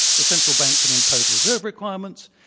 the central bank can impose reserve requirements,